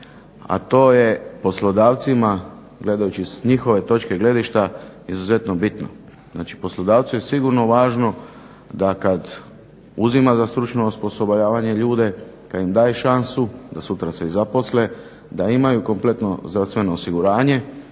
a to je poslodavcima gledajući s njihove točke gledišta izuzetno bitno. Znači poslodavcu je sigurno važno da kad uzima za stručno osposobljavanje ljude, kad im daje šansu da sutra se i zaposle da imaju kompletno zdravstvono osiguranje,